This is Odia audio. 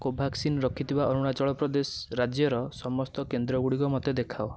କୋଭ୍ୟାକ୍ସିନ୍ ରଖିଥିବା ଅରୁଣାଚଳ ପ୍ରଦେଶ ରାଜ୍ୟର ସମସ୍ତ କେନ୍ଦ୍ରଗୁଡ଼ିକ ମୋତେ ଦେଖାଅ